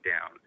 down